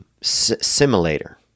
simulator